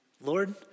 Lord